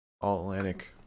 All-Atlantic